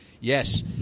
yes